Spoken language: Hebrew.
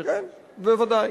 בוודאי.